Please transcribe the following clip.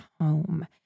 home